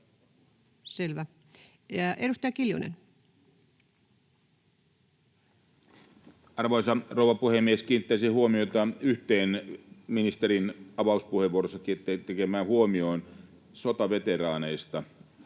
Selvä. — Edustaja Kiljunen. Arvoisa rouva puhemies! Kiinnittäisin huomiota yhteen ministerin avauspuheenvuorossaankin tekemään huomioon sotaveteraaneista: